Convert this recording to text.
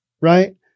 right